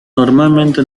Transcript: normalmente